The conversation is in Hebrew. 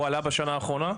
הוא עלה בשנה האחרונה?